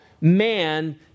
man